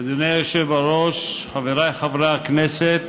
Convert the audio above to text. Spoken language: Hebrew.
אדוני היושב-בראש, חבריי חברי הכנסת,